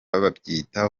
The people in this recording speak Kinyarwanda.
babyita